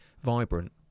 vibrant